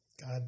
God